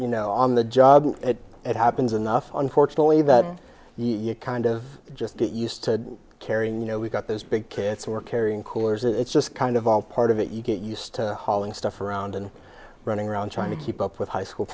you know on the job it happens enough unfortunately that you kind of just get used to carrying you know we've got this big kids who are carrying coolers it's just kind of all part of it you get used to hauling stuff around and running around trying to keep up with high school